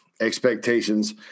expectations